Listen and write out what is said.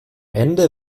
ende